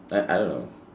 like I don't know